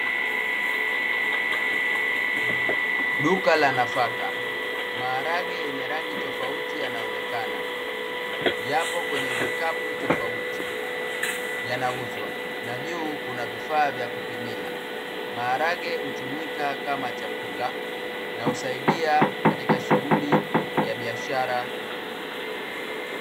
Duka la nafaka, maharage yenye rangi tofauti yanaonekana. Yapo kwenye vikapu tofauti yanauzwa, na juu kuna vifaa vya kupimia. Maharage hutumika kama chakula, na husaidia katika shughuli ya biashara.